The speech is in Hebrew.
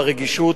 הרגישות,